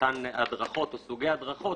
באותן הדרכות או סוגי הדרכות,